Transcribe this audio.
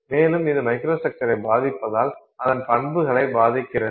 மேலும் இது மைக்ரோஸ்ட்ரக்சரைப் பாதிப்பதால் அதன் பண்புகளை பாதிக்கிறது